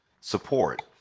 support